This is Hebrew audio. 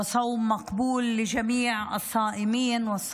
(אומרת בערבית: ושיתקבל הצום של כל הצמים והצמות.)